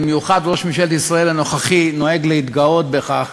ובמיוחד ראש ממשלת ישראל הנוכחי נוהג להתגאות בכך,